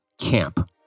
camp